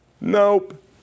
Nope